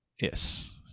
Yes